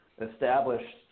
established